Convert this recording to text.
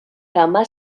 kama